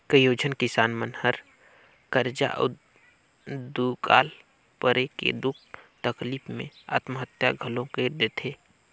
कयोझन किसान मन हर करजा अउ दुकाल परे के दुख तकलीप मे आत्महत्या घलो कइर लेथे